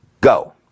go